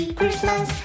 Christmas